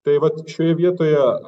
tai vat šioje vietoje